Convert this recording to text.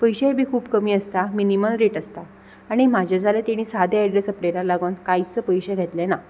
पयशेय बी खूप कमी आसता मिनिमल रेट आसता आनी म्हाजे जाल्या तेणी सादे एड्रॅस अपडेटा लागोन कांयच पयशे घेतले ना